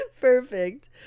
perfect